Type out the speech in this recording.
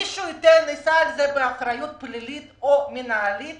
מישהו יישא על זה באחריות פלילית או מנהלית,